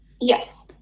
Yes